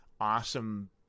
awesome